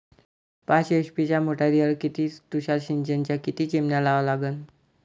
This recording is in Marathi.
पाच एच.पी च्या मोटारीवर किती तुषार सिंचनाच्या किती चिमन्या लावा लागन?